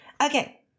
Okay